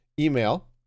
email